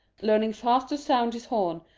learning fast to sound his horn,